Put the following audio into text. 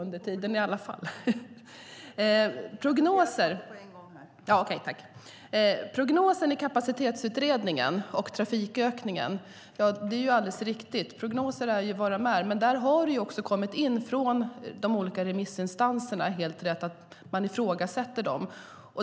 När det gäller prognoserna i Kapacitetsutredningen och trafikökningen har det framkommit att de olika remissinstanserna ifrågasätter dem.